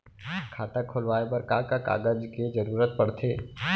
खाता खोलवाये बर का का कागज के जरूरत पड़थे?